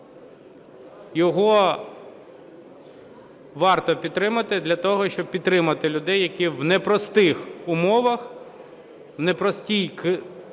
його варто підтримати для того, щоб підтримати людей, які в непростих умовах, в непростій кризовій,